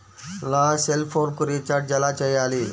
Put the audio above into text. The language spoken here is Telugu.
నా సెల్ఫోన్కు రీచార్జ్ ఎలా చేయాలి?